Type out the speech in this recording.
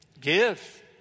Give